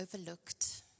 overlooked